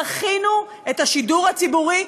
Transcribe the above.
דחינו את השידור הציבורי.